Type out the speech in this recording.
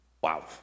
Wow